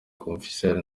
confiance